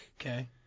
Okay